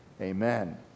Amen